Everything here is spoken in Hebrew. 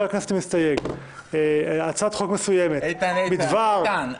הכנסת המסתייג בהצעת חוק מסוימת בדבר --- איתן,